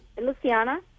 Luciana